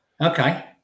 Okay